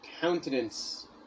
countenance